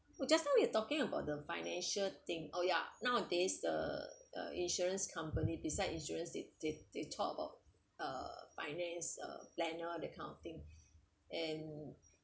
wait just now we are talking about the financial thing oh ya nowadays the the insurance company besides insurance they they they talk about uh finance uh planner that kind of thing and